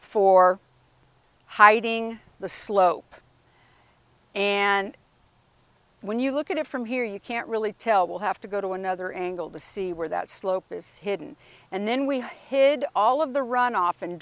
for hiding the slope and when you look at it from here you can't really tell we'll have to go to another angle to see where that slope is hidden and then we hid all of the runoff and